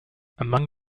among